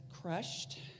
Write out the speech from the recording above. Crushed